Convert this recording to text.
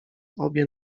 obie